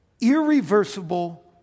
irreversible